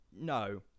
no